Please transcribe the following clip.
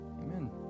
Amen